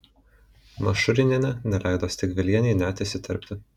mašurinienė neleido stegvilienei net įsiterpti